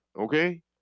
okay